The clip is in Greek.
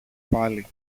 πάλι